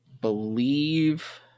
believe